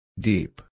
Deep